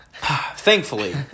thankfully